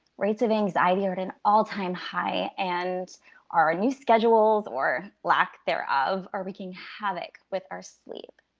rates of anxiety are at an all time high, and our new schedules, or lack thereof, are wreaking havoc with our sleep.